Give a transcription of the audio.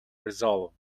resolve